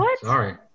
Sorry